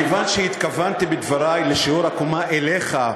מכיוון שהתכוונתי בדברי לשיעור הקומה אליך,